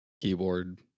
keyboard